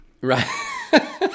Right